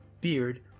beard